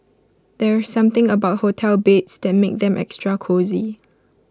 there's something about hotel beds that makes them extra cosy